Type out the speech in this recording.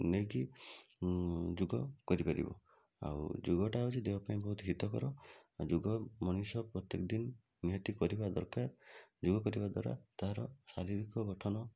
ନେଇକି ଯୋଗ କରିପାରିବ ଆଉ ଯୋଗଟା ହେଉଛି ଦେହ ପାଇଁ ବହୁତ ହିତକର ଯୋଗ ମନୁଷ୍ୟ ପ୍ରତ୍ୟେକ ଦିନ ନିହାତି କରିବା ଦରକାର ଯୋଗ କରିବା ଦ୍ଵାରା ତା'ର ଶାରୀରିକ ଗଠନ